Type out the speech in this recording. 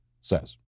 says